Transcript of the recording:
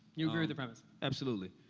you agree with the premise. absolutely.